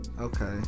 Okay